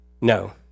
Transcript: no